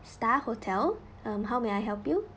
star hotel um how may I help you